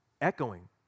Echoing